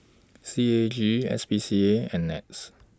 C A G S P C A and Nets